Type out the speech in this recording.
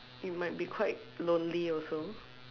you might be quite lonely also